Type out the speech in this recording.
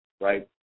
right